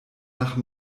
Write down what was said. nach